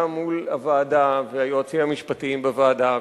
גם מול הוועדה והיועצים המשפטיים בוועדה,